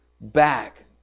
back